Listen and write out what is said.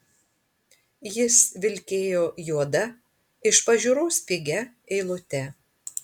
jis vilkėjo juoda iš pažiūros pigia eilute